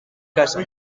kasa